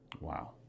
Wow